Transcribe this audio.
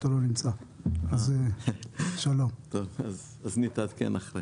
אני אתעדכן לאחר מכן.